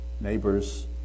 neighbors